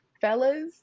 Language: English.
Fellas